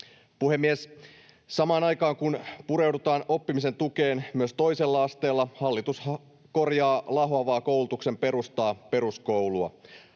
Puhemies! Samaan aikaan kun pureudutaan oppimisen tukeen myös toisella asteella, hallitus korjaa lahoavaa koulutuksen perustaa, peruskoulua.